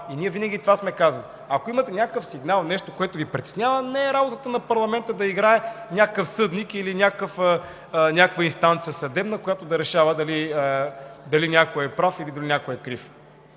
– ние винаги това сме казвали, ако имате някакъв сигнал, нещо, което Ви притеснява, не е работа на парламента да играе на някакъв съдник или някаква съдебна инстанция, която да решава дали някой е прав, или е крив.